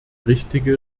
richtige